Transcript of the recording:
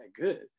good